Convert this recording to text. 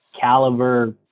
caliber